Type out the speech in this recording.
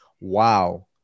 Wow